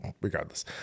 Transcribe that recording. regardless